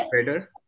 better